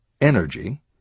energy